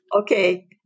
Okay